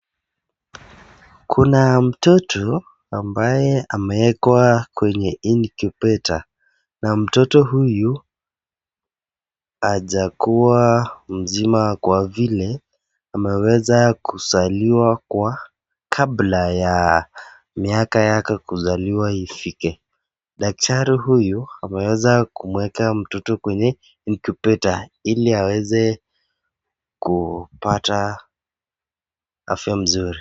Kuna mtoto ambaye amekwa katika incubator na mtoto huyu hajakuwa mzima kwa vile, ameweza kuzaliwa kabla ya miaka yake kuzaliwa ifike daktari huyu, daktari huyu ameweza kumweka mtoto kwa incubator ili aweze kupata afya mzuri.